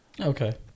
Okay